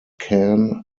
khan